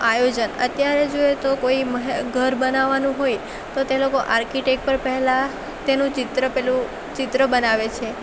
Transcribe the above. આયોજન અત્યારે જોઈએ તો કોઈ ઘર બનાવવાનું હોય તો તે લોકો આર્કિટેક પર પહેલાં તેનું ચિત્ર પેલું ચિત્ર બનાવે છે